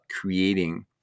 creating